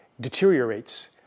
deteriorates